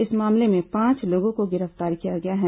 इस मामले में पांच लोगों को गिरफ्तार किया गया है